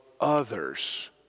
others